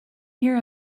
here